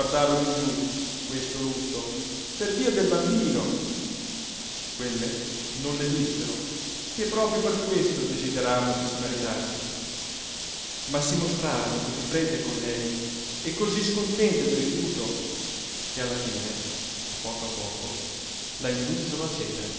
di più questo lutto per via del bambino quelle non le dissero che proprio per questo desideravano che si maritasse ma si mostrarono così fredde con lei e così scontente del rifiuto che alla fine a poco a poco la